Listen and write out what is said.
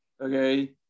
okay